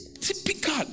typical